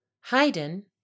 Haydn